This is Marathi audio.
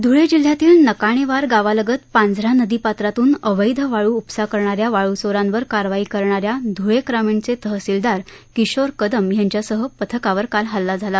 ध्ळे जिल्ह्यातल्या नकाणे वार गावालगत पांझरा नदी पात्रातून अवैध वाळू उपसा करणाऱ्या वाळू चोरांवर कारवाई करणाऱ्या ध्ळे ग्रामीणचे तहसीलदार किशोर कदम यांच्यासह पथकावर काल हल्ला झाला